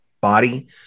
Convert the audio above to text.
body